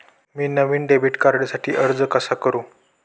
मी नवीन डेबिट कार्डसाठी अर्ज कसा करु?